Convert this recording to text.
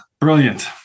brilliant